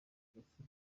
gatsiko